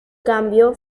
cambio